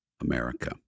America